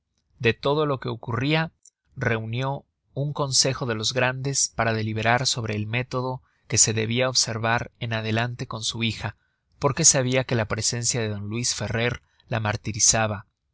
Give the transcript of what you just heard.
de todo lo que ocurria reunió un consejo de los grandes para deliberar sobre el método que se debia observar en adelante con su hija porque sabia que la presencia de d luis ferrer la martirizaba